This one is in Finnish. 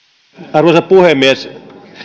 arvoisa puhemies